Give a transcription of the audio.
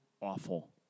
awful